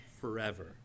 forever